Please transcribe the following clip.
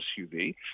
SUV